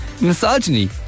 misogyny